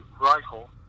rifle